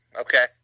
Okay